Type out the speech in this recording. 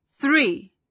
three